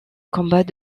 combat